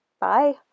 Bye